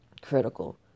critical